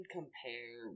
compare